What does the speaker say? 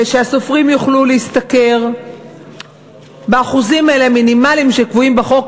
כדי שהסופרים יוכלו להשתכר באחוזים המינימליים שקבועים בחוק,